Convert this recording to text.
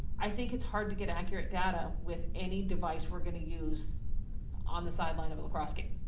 i think it's hard to get accurate data with any device we're gona use on the sideline of a lacrosse game.